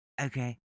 okay